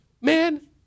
Man